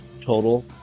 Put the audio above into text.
total